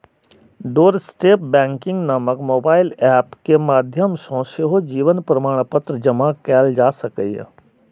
doorstep banking नामक mobile app के माध्यम सं सेहो जीवन प्रमाणपत्र जमा कैल जा सकैए